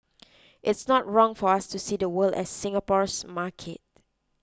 it's not wrong for us to see the world as Singapore's market